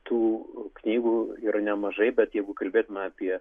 tų knygų yra nemažai bet jeigu kalbėtume apie